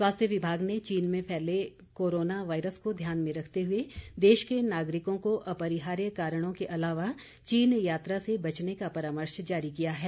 स्वास्थ्य विभाग ने चीन में फैले कोरोना वायरस को ध्यान में रखते हुए देश के नागरिकों को अपरिहार्य कारणों के अलावा चीन यात्रा से बचने का परामर्श जारी किया है